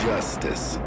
Justice